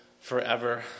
forever